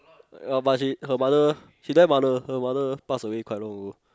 uh but she her mother she don't have mother her mother passed away quite long ago